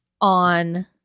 on